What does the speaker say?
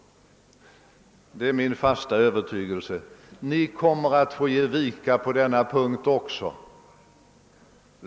Det är min fasta övertygelse att ni kommer att få ge vika på denna punkt också.